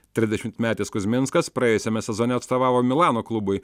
trisdešimmetis kuzminskas praėjusiame sezone atstovavo milano klubui